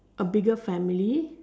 a bigger family